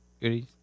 goodies